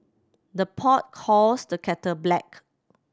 the pot calls the kettle black